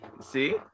See